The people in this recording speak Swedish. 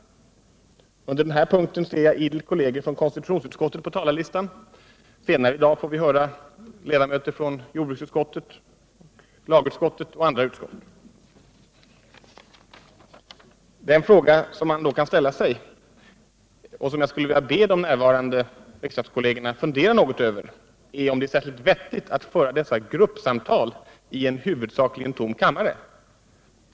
Under den här punkten ser jag idel kolleger från konstitutionsutskottet på talarlistan. Senare i dag får vi höra ledamöter från jordbruksutskottet, lagutskottet och andra utskott. Den fråga som man då kan ställa och som jag skulle vilja be de närvarande riksdagskollegerna fundera något över är om det är särskilt vettigt att föra dessa gruppsamtal i en huvudsakligen tom kammare.